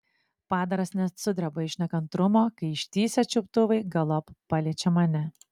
padaras net sudreba iš nekantrumo kai ištįsę čiuptuvai galop paliečia mane